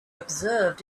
observed